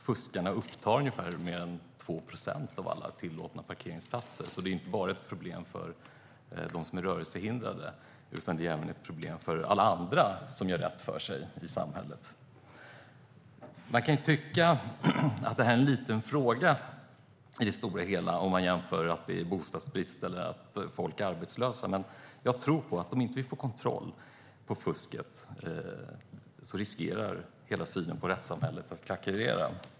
Fuskarna upptar mer än 2 procent av alla tillåtna parkeringsplatser. Det är inte bara ett problem för dem som är rörelsehindrade utan det är även ett problem för alla andra som gör rätt för sig i samhället. Man kan tycka att det är en liten fråga i det stora hela om man jämför med att det är bostadsbrist eller att människor är arbetslösa. Men om vi inte får kontroll på fusket riskerar hela synen på rättssamhället att krackelera.